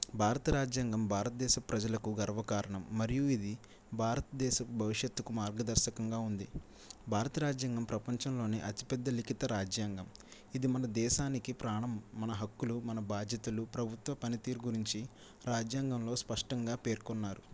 భారత రాజ్యాంగం భారతదేశ ప్రజలకు గర్వకారణం మరియు ఇది భారతదేశ భవిష్యత్తుకు మార్గదర్శకంగా ఉంది భారత రాజ్యాంగం ప్రపంచంలో అతిపెద్ద లిఖిత రాజ్యాంగం ఇది మన దేశానికి ప్రాణం మన హక్కులు మన బాధ్యతలు ప్రభుత్వ పనితీరు గురించి రాజ్యాంగంలో స్పష్టంగా పేర్కొన్నారు